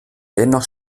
dennoch